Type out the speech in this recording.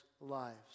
lives